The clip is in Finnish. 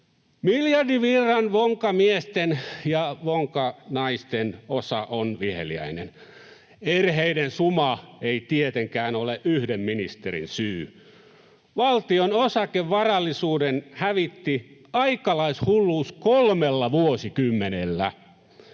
Miljardivirran vonkamiesten ja vonkanaisten osa on viheliäinen. Erheiden suma ei tietenkään ole yhden ministerin syy. Valtion osakevarallisuuden hävitti aikalaishulluus kolmella vuosikymmenellä.